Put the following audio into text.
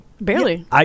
Barely